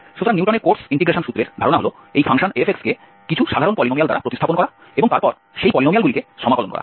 সুতরাং নিউটনের Cotes integration সূত্রের ধারণা হল এই f কে কিছু সাধারণ পলিনোমিয়াল দ্বারা প্রতিস্থাপন করা এবং তারপর সেই পলিনোমিয়ালগুলিকে সমাকলন করা